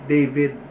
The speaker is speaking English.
David